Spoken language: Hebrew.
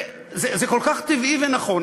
זה כל כך טבעי ונכון.